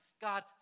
God